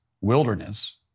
wilderness